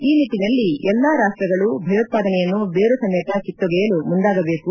ಈ ನಿಟ್ಲನಲ್ಲಿ ಎಲ್ಲ ರಾಷ್ಟಗಳು ಭಯೋತ್ವಾದನೆಯನ್ನು ಬೇರುಸಮೇತ ಕಿತ್ತೊಗೆಯಲು ಮುಂದಾಗಬೇಕು